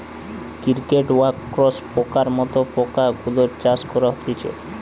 cricket, wax পোকার মত পোকা গুলার চাষ করা হতিছে